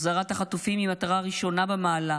החזרת החטופים היא מטרה ראשונה במעלה,